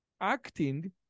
acting